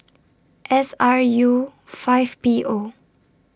S R U five P O